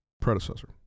predecessor